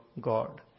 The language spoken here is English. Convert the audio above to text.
God